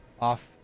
off